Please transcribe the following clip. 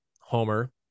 homer